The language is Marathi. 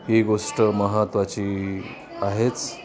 ही गोष्ट महत्त्वाची आहेच